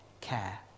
care